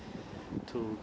to